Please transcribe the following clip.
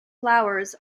flowers